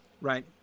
right